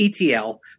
ETL